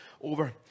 over